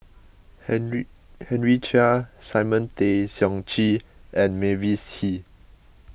Henry Henry Chia Simon Tay Seong Chee and Mavis Hee